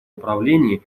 управлении